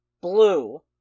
Blue